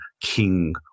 king